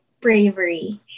Bravery